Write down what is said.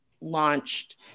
launched